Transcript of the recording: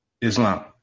Islam